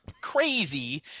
crazy